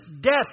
death